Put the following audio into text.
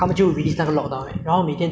then 那个很多人想 trump